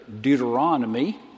Deuteronomy